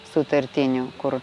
sutartinių kur